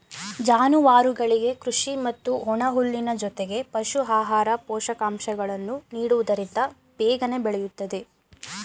ಜಾನುವಾರುಗಳಿಗೆ ಕೃಷಿ ಮತ್ತು ಒಣಹುಲ್ಲಿನ ಜೊತೆಗೆ ಪಶು ಆಹಾರ, ಪೋಷಕಾಂಶಗಳನ್ನು ನೀಡುವುದರಿಂದ ಬೇಗನೆ ಬೆಳೆಯುತ್ತದೆ